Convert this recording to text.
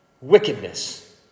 wickedness